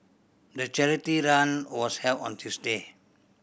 the charity run was held on Tuesday